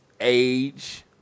age